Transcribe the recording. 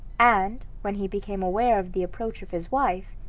and, when he became aware of the approach of his wife,